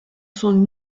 son